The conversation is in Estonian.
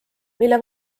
mille